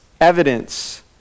evidence